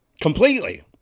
completely